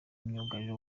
myugariro